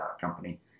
company